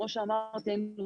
כמו שאמרת, היינו